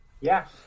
Yes